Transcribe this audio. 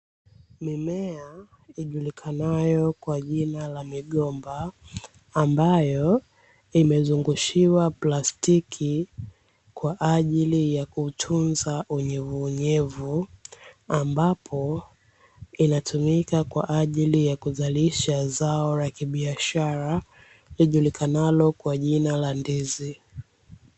Mimea ijulikanayo kwa jina la migomba ambayo imezungushiwa plastiki kwa ajili ya kutunza unyeunyevu, ambapo inatumika kwa ajili ya kuzalisha zao la kibiashara lijulikanalo kwa jina la ndizi.